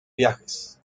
viajes